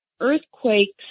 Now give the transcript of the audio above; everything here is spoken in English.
earthquakes